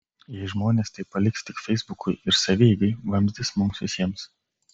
jei žmonės tai paliks tik feisbukui ir savieigai vamzdis mums visiems